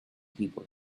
people